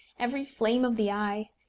every flame of the eye,